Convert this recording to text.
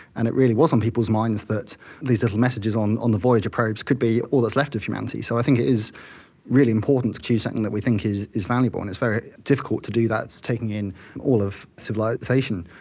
and it really was on people's minds that these little messages on on the voyager probes could be all that's left of humanity. so i think it is really important to choose something that we think is valuable, and it's very difficult to do that, taking in all of civilisation.